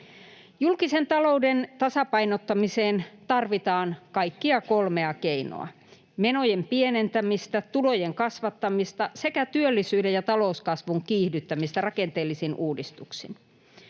Julkisen talouden tasapainottamiseen tarvitaan kaikkia kolmea keinoa: menojen pienentämistä, tulojen kasvattamista sekä työllisyyden ja talouskasvun kiihdyttämistä rakenteellisin uudistuksin.